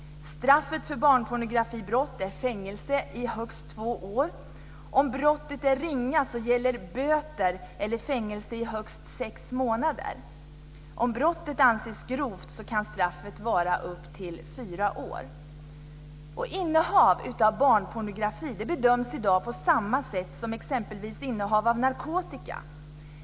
Straffet för barnpornografibrott är fängelse i högst två år. Om brottet är ringa gäller det böter eller fängelse i högst sex månader. Om brottet anses som grovt kan straffet vara upp till fyra år. Innehav av barnpornografi bedöms i dag på samma sätt som exempelvis innehav av narkotika.